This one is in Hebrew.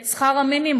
את שכר המינימום,